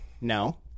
No